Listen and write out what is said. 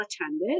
attended